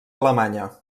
alemanya